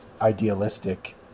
idealistic